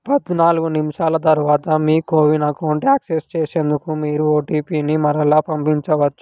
పద్నాలుగు నిమిషాల తరువాత మీ కోవిన్ అకౌంటు యాక్సెస్ చేసేందుకు మీరు ఓటీపీని మరలా పంపించవచ్చు